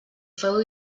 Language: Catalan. feu